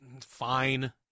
fine